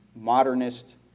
modernist